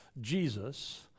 Jesus